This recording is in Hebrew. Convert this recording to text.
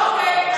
אוקיי.